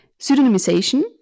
Pseudonymization